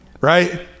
right